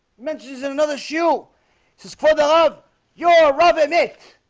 mentions in another shoe just called the hub you're a rubber mick.